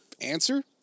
answer